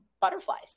butterflies